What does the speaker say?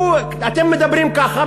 אתם מדברים ככה?